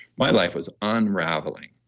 my life was unraveling.